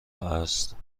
است